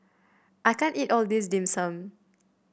I can't eat all of this Dim Sum